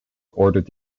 ordered